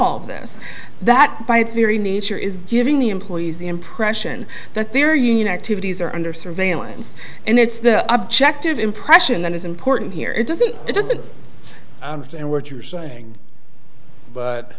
of this that by its very nature is giving the employees the impression that their union activities are under surveillance and it's the objective impression that is important here it doesn't it doesn't work you're saying but